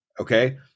Okay